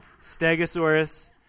Stegosaurus